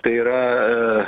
tai yra a